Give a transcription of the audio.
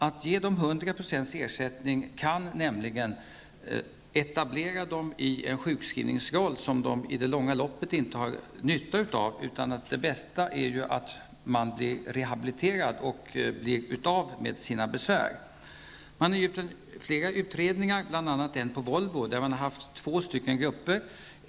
Att ge patienterna 100 % ersättning kan etablera dem i en sjukskrivningsroll som de i det långa loppet inte har nytta av. Det bästa är att patienterna rehabiliteras och blir av med sina besvär. Det har gjorts flera undersökningar, bl.a. en på Volvo, där man har haft två grupper.